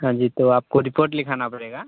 हाॅं जी तो आपको रिपोट लिखाना पड़ेगा